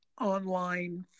online